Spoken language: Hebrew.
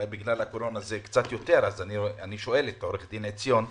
אולי בגלל הקורונה זה נמשך קצת יותר זמן אז אני שואל את עו"ד עציון.